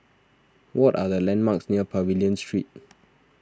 what are the landmarks near Pavilion Street